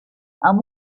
amb